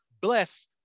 bless